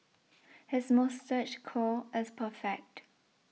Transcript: his moustache curl is perfect